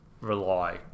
rely